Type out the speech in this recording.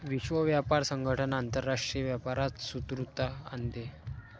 विश्व व्यापार संगठन आंतरराष्ट्रीय व्यापारात सुसूत्रता आणते